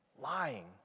lying